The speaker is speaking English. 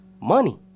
Money